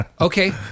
Okay